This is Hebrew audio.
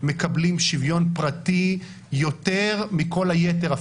מקבלים שוויון פרטי יותר מכל היתר,